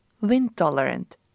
wind-tolerant